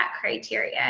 criteria